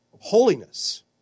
holiness